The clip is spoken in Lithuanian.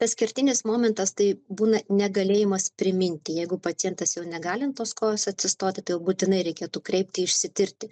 tas kertinis momentas tai būna negalėjimas priminti jeigu pacientas jau negali ant tos kojos atsistoti tai būtinai reikėtų kreipti išsitirti